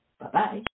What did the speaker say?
Bye-bye